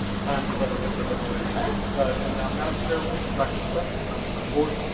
time to let a little bit of noise. ah come down. madam chairwoman, dr spence, members of the board,